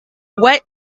what